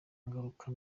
ngaruka